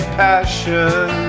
passion